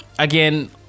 Again